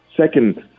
Second